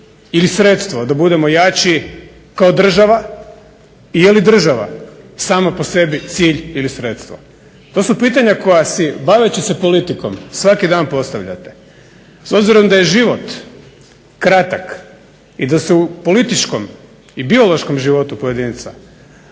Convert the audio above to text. ili sredstvo da budemo jači kao država i je li država sama po sebi cilj ili sredstvo? To su pitanja koja si baveći se politikom svaki dan postavljate. S obzirom da je život kratak i da se u političkom i biološkom životu pojedinca